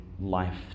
life